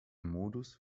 modus